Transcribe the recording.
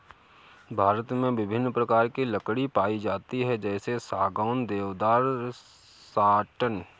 भारत में विभिन्न प्रकार की लकड़ी पाई जाती है जैसे सागौन, देवदार, साटन